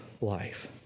life